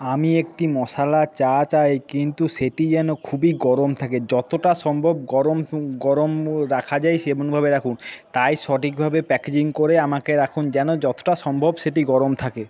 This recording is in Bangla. আমি একটি মশালা চা চাই কিন্তু সেটি যেন খুবই গরম থাকে যতটা সম্ভব গরম গরম রাখা যায় সেমনভাবে রাখুন তাই সঠিকভাবে প্যাকেজিং করে আমাকে রাখুন যেন যতটা সম্ভব সেটি গরম থাকে